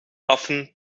often